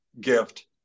gift